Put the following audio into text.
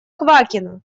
квакина